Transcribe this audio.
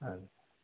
अच्